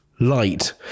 light